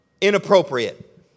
inappropriate